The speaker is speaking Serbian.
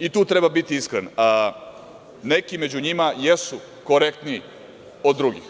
I tu treba biti iskren, neki među njima jesu korektniji od drugih,